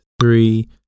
three